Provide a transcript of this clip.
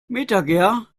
metager